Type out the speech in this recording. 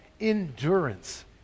endurance